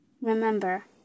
Remember